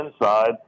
inside